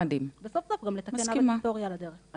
וסוף סוף גם לתקן עוול היסטורי על הדרך.